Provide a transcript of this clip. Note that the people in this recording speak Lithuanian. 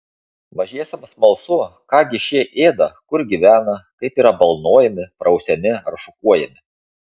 mažiesiems smalsu ką gi šie ėda kur gyvena kaip yra balnojami prausiami ar šukuojami